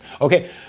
Okay